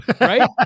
Right